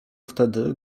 wtedy